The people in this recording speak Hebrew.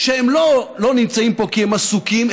שהם לא לא נמצאים פה כי הם עסוקים,